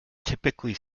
typically